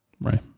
Right